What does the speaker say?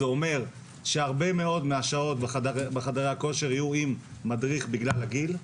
זה אומר שהרבה מאוד מהשעות בחדרי הכושר יהיו עם מדריך בכלל הגיל.